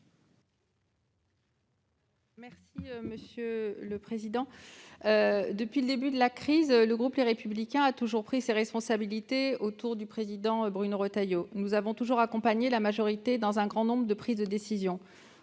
Boyer, sur l'article. Depuis le début de la crise, le groupe Les Républicains a toujours pris ses responsabilités autour de son président Bruno Retailleau. Nous avons toujours accompagné la majorité dans un grand nombre de prises de décisions.